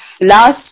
last